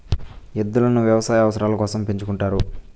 ఎద్దులను వ్యవసాయ అవసరాల కోసం పెంచుకుంటారు